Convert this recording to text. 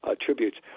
tributes